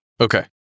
Okay